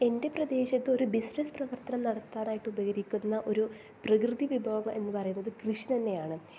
എൻ്റെ പ്രദേശത്ത് ഒരു ബിസിനസ്സ് പ്രവർത്തനം നടത്താനായിട്ട് ഉപകരിക്കുന്ന ഒരു പ്രകൃതി വിഭവം എന്നുപറയുന്നത് കൃഷി തന്നെയാണ്